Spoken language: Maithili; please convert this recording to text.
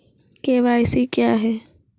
के.वाई.सी क्या हैं?